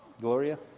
Gloria